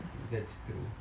that's true